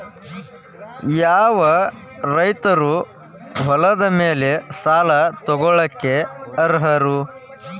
ಯಾವ ರೈತರು ಹೊಲದ ಮೇಲೆ ಸಾಲ ತಗೊಳ್ಳೋಕೆ ಅರ್ಹರು?